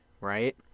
Right